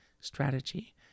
strategy